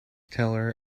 teller